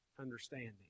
understanding